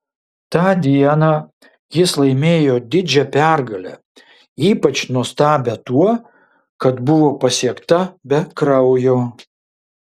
tą dieną jis laimėjo didžią pergalę ypač nuostabią tuo kad buvo pasiekta be kraujo